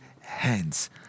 hands